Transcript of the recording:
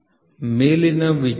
ಮೇಲಿನ ವಿಚಲನ